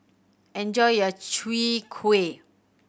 enjoy your Chwee Kueh